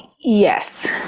Yes